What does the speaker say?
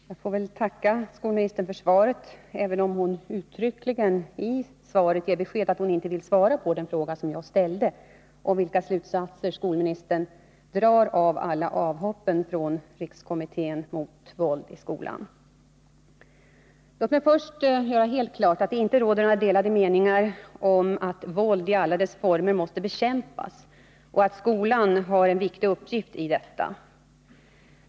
Herr talman! Jag får väl tacka skolministern för svaret, även om hon i detta uttryckligen gav beskedet att hon inte vill svara på den fråga som jag ställde, nämligen vilka slutsatser skolministern drar av alla avhoppen från rikskommittén mot våld i skolan. Låt mig först göra helt klart att det inte råder några delade meningar om att våld i alla dess former måste bekämpas och att skolan har en viktig uppgift härvidlag.